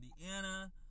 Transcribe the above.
Indiana